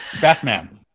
Batman